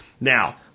Now